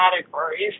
categories